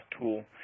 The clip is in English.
tool